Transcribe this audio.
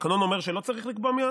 התקנון אומר שלא צריך לקבוע מייד?